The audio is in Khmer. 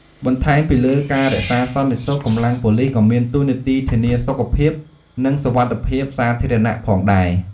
បន្ថែមពីលើការរក្សាសន្តិសុខ កម្លាំងប៉ូលិសក៏មានតួនាទីធានាសុខភាព និងសុវត្ថិភាពសាធារណៈផងដែរ។